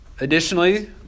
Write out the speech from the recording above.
Additionally